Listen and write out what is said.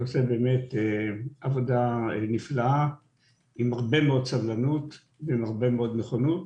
שעושה עבודה נפלאה עם הרבה סבלנות ונכונות.